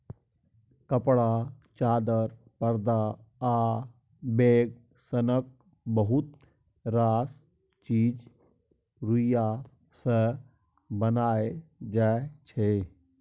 कपड़ा, चादर, परदा आ बैग सनक बहुत रास चीज रुइया सँ बनाएल जाइ छै